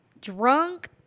drunk